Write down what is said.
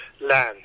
land